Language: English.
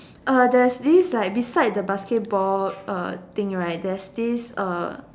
uh there's this like beside the basketball uh thing right there's this uh